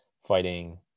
fighting